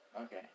Okay